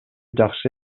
жакшы